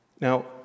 Now